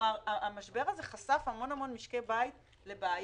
כלומר המשבר הזה חשף המון משקי בית לבעיות,